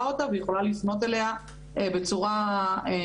אותה והיא יכולה לפנות אליה בצורה חופשית.